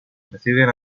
deciden